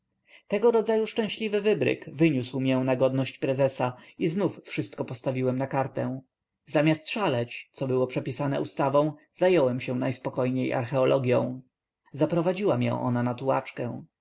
tego rodzaju szczęśliwy wybryk wyniósł mię na godność prezesa i znów wszystko postawiłem na kartę zamiast szaleć co było przepisane ustawą zająłem się najspokojniej archeologią zaprowadziła mię ona